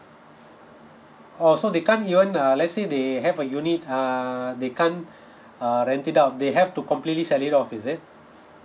oh so they can't even uh let's say they have a unit err they can't uh rent it up they have to completely sell it off is it